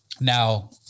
Now